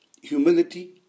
humility